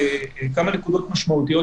כמה נקודות משמעותיות